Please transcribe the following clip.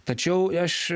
tačiau aš